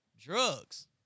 drugs